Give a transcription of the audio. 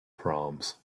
proms